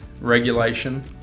regulation